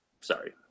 Sorry